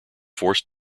forced